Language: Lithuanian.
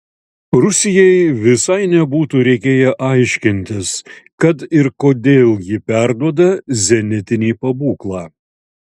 rusijai visai nebūtų reikėję aiškintis kad ir kodėl ji perduoda zenitinį pabūklą